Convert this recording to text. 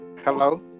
Hello